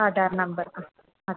Aadhaar number ആ ആ